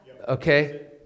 okay